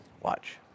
Watch